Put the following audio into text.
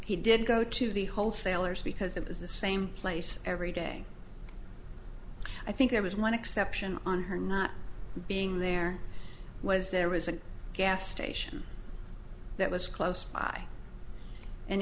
he did go to the wholesalers because of the same place every day i think there was one exception on her not being there was there was a gas station that was close by and